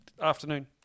afternoon